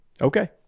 Okay